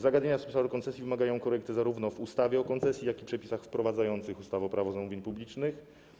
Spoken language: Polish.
Zagadnienia z obszaru koncesji wymagają korekty zarówno w ustawie o umowie koncesji, jak i w przepisach wprowadzających ustawę - Prawo zamówień publicznych.